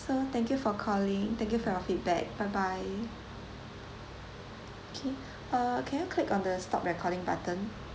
so thank you for calling thank you for your feedback bye bye okay uh can you click on the stop recording button